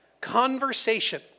conversation